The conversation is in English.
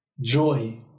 joy